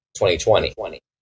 2020